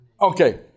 Okay